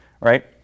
right